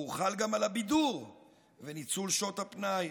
והוא חל גם על הבידור וניצול שעות הפנאי.